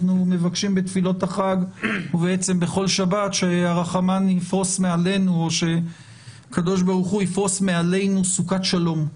אנחנו מבקשים בתפילות החג ובכל שבת שהרחמן יפרוס מעלינו את סוכת שלומו.